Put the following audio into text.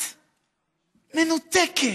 את מנותקת.